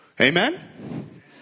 Amen